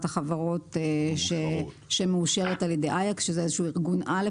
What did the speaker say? החברות שמאושרת על ידי איא"ק שזה ארגון על,